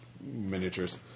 miniatures